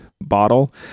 bottle